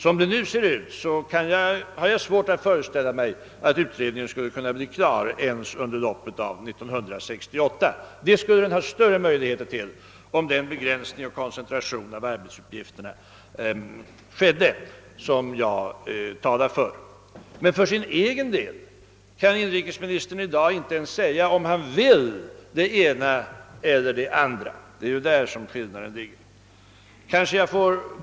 Som det nu ser ut har jag svårt att föreställa mig, att utredningen skulle kunna bli klar ens under loppet av 1968. Det skulle den ha större möjligheter att bli om den begränsning och koncentration av arbetsuppgifterna skedde som jag talat för. Men för sin egen del kan inrikesministern i dag inte ens säga om han vill det ena eller det andra, om han vill ha en allmän sysselsättningsförsäkring eller inte. Det är där skillnaden ligger.